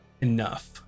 enough